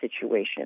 situation